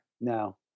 No